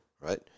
right